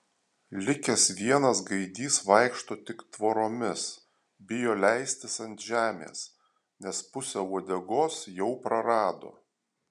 likęs vienas gaidys vaikšto tik tvoromis bijo leistis ant žemės nes pusę uodegos jau prarado